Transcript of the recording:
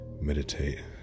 meditate